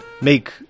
make